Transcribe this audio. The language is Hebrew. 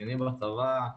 קצינים בצבא,